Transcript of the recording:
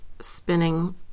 spinning